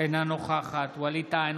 אינה נוכחת ווליד טאהא,